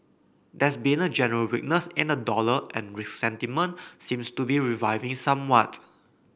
there's been a general weakness in the dollar and risk sentiment seems to be reviving somewhat